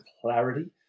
clarity